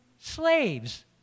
slaves